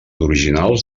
originals